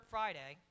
Friday